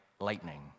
lightning